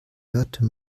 hörte